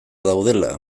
daudela